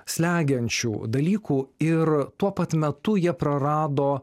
slegiančių dalykų ir tuo pat metu jie prarado